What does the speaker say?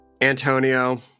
Antonio